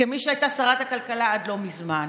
כמי שהייתה שרת הכלכלה עד לא מזמן.